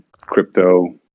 crypto